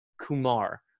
Kumar